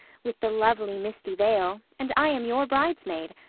with the lovely misty veil and i am your bridesmaid.